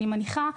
אני מניחה,